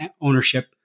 ownership